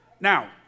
Now